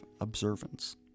observance